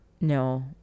No